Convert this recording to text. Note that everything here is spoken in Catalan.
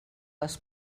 les